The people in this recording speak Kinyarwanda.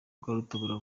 rwarutabura